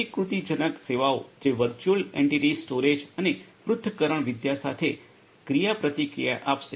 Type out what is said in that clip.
પ્રતિકૃતિજનક સેવાઓ જે virtual entities storage અને પૃથક્કરણવિદ્યા સાથે ક્રિયાપ્રતિક્રિયા આપશે